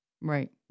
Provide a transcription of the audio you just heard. right